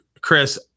chris